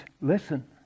listen